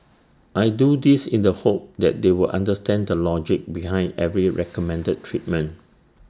I do this in the hope that they will understand the logic behind every recommended treatment